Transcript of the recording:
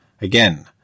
Again